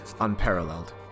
unparalleled